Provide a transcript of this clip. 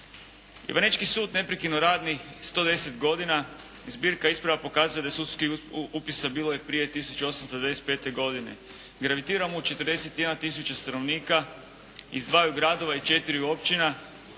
Ivanečki sud neprekidno radi 110 godina i zbirka isprava pokazuje da je i sudskih upisa bilo i prije 1895. godine. Gravitira mu 41 tisuća stanovnika iz dvaju gradova i četiri općina